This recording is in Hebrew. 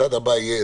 הצעד הבא יהיה,